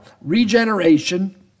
regeneration